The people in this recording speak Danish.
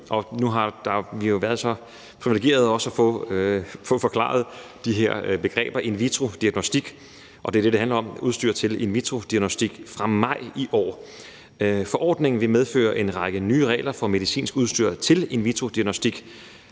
vi har jo været så priviligerede også at få forklaret de her begreber i forhold til in vitro-diagnostik; det er det, det handler om: udstyr til in vitro-diagnostik. Forordningen vil medføre en række nye regler for medicinsk udstyr til in vitro-diagnostik.